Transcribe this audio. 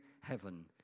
heaven